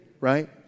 right